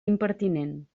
impertinent